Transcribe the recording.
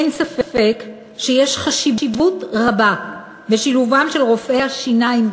אין ספק שיש חשיבות רבה לשילובם של רופאי השיניים,